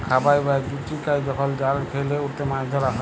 খাবাই বা জুচিকাই যখল জাল ফেইলে উটতে মাছ ধরা হ্যয়